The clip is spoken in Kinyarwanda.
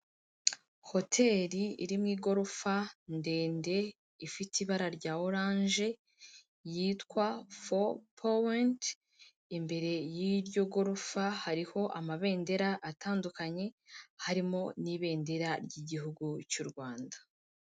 Hoteri iri mu igorofa ndende ifite ibara rya oranje, yitwa Fo powenti, imbere y'iryo gorofa hariho amabendera atandukanye harimo n'ibendera ry'igihugu cy'u Rwanda.